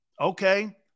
Okay